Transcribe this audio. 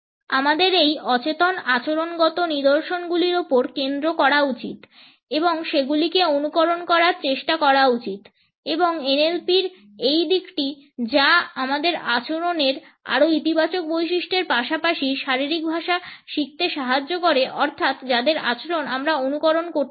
আমাদের এই অচেতন আচরণগত নিদর্শনগুলির উপর কেন্দ্র করা উচিত এবং সেগুলিকে অনুকরণ করার চেষ্টা করা উচিত এবং NLP এর এই দিকটি যা আমাদের আচরণের আরও ইতিবাচক বৈশিষ্ট্যের পাশাপাশি শারীরিক ভাষা শিখতে সাহায্য করে অর্থাৎ যাদের আচরণ আমরা অনুকরণ করতে চাই